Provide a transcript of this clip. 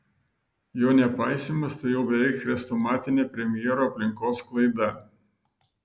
jo nepaisymas tai jau beveik chrestomatinė premjero aplinkos klaida